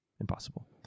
Impossible